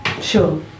Sure